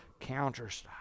counterstop